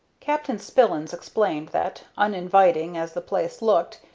captain spillins explained that, uninviting as the place looked,